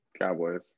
Cowboys